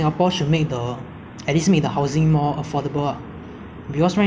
uh so like it's very expensive and it takes a long time to apply for a B_T_O flat lah